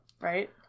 right